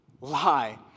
lie